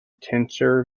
tensor